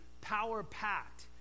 power-packed